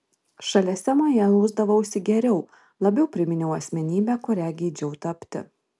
šalia semo jausdavausi geriau labiau priminiau asmenybę kuria geidžiau tapti